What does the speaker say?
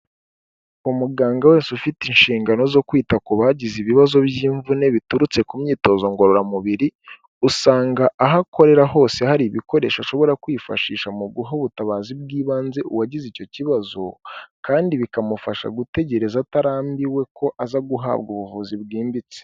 Umuganga wese ufite inshingano zo kwita ku bagize ibibazo by'imvune biturutse ku myitozo ngororamubiri, usanga aho akorera hose hari ibikoresho ashobora kwifashisha mu guha ubutabazi bw'ibanze uwagize icyo kibazo, kandi bikamufasha gutegereza atarambiwe ko aza guhabwa ubuvuzi bwimbitse.